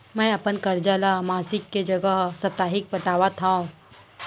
मै अपन कर्जा ला मासिक के जगह साप्ताहिक पटावत हव